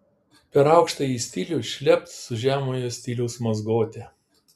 per aukštąjį stilių šlept su žemojo stiliaus mazgote